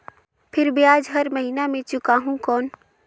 फिर ब्याज हर महीना मे चुकाहू कौन?